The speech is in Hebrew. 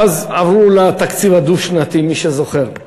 ואז עברו לתקציב הדו-שנתי, מי שזוכר.